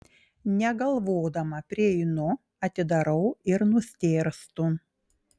negalvodama prieinu atidarau ir nustėrstu